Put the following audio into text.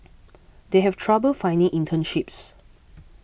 they have trouble finding internships